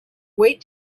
wait